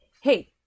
hey